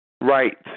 Right